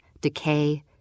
decay